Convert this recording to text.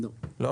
לא.